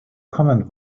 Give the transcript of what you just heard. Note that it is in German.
common